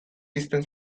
pizten